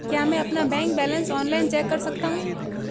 क्या मैं अपना बैंक बैलेंस ऑनलाइन चेक कर सकता हूँ?